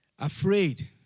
Afraid